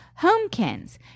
Homekins